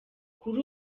kuri